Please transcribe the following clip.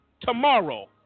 tomorrow